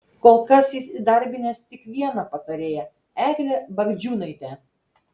kol kas jis įdarbinęs tik vieną patarėją eglę bagdžiūnaitę